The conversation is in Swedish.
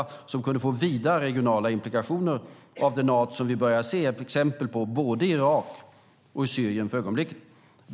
Det skulle kunna få vida regionala implikationer av den art som vi börjar se exempel på både i Irak och i Syrien för ögonblicket.